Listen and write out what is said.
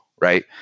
right